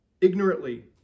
ignorantly